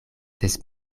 des